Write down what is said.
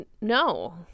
No